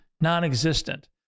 non-existent